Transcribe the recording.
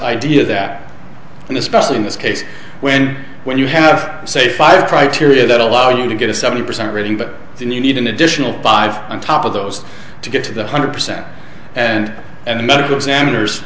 idea that and especially in this case when when you have say five criteria that allow you to get a seventy percent rating but you need an additional five on top of those to get to the hundred percent and and medical examiners